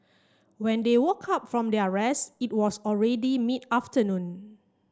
when they woke up from their rest it was already mid afternoon